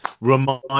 Remind